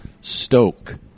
Stoke